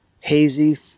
hazy